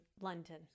London